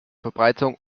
verbreitung